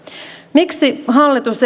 miksi hallitus